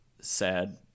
sad